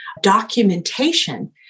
documentation